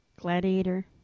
Gladiator